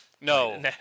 No